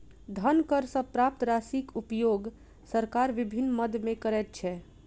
धन कर सॅ प्राप्त राशिक उपयोग सरकार विभिन्न मद मे करैत छै